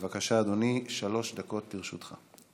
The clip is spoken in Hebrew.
בבקשה, אדוני, שלוש דקות לרשותך.